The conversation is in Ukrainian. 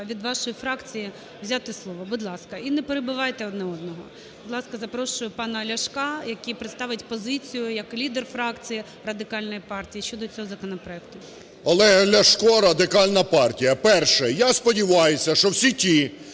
від вашої фракції взяти слово. Будь ласка, і не перебивайте один одного. Будь ласка, запрошую пана Ляшка, який представить позицію, як лідер фракції Радикальної партії щодо цього законопроекту. 11:05:46 ЛЯШКО О.В. Олег Ляшко, Радикальна партія. Перше. Я сподіваюся, що всі ті,